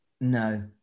No